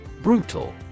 Brutal